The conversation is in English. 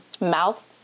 mouth